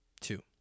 Two